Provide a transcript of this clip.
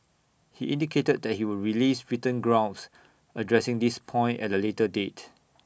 he indicated that he would release written grounds addressing this point at A later date